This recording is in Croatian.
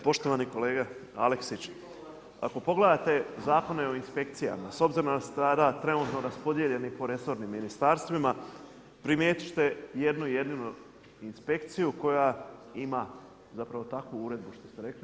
Poštovani kolega Aleksić, ako pogledate Zakone o inspekcijama s obzirom da ste trenutno raspodijeljeni po resornim ministarstvima primijetit ćete jednu jedinu inspekciju koja ima zapravo takvu uredbu što ste rekli.